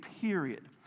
period